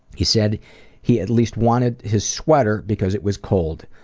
he said he at least wanted his sweater because it was cold.